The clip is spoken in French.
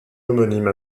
homonyme